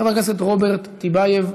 חבר הכנסת רוברט טיבייב,